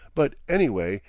but, anyway,